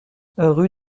rue